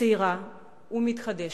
צעירה ומתחדשת.